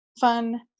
fun